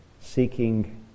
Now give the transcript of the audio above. seeking